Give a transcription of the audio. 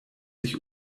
sich